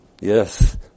Yes